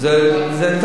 זה לא אתה מחליט.